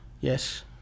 yes